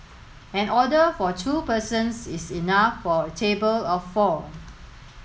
an order for two persons is enough for a table of four